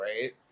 right